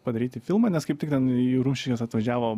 padaryti filmą nes kaip tik ten į rumšiškes atvažiavo